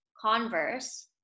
Converse